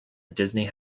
disney